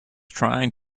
trying